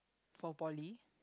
for poly